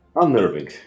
Unnerving